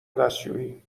دستشویی